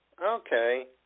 Okay